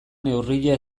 neurria